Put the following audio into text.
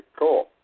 cool